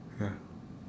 ya